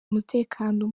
umutekano